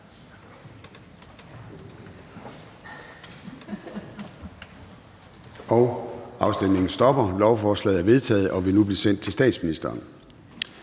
stemte 4 (ALT)]. Lovforslaget er vedtaget og vil nu blive sendt til statsministeren.